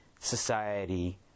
society